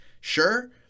sure